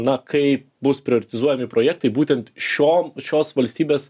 na kai bus prioritizuojami projektai būtent šiom šios valstybės